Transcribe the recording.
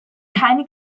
keine